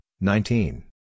nineteen